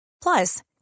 Plus